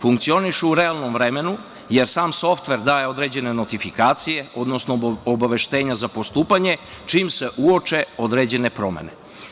Funkcioniše u realnom vremenu, jer sam softver daje određene notifikacije, odnosno obaveštenja za postupanje čim se uoče određene promene.